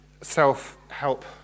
self-help